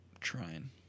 trying